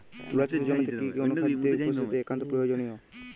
তুলা চাষের জমিতে কি কি অনুখাদ্যের উপস্থিতি একান্ত প্রয়োজনীয়?